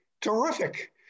Terrific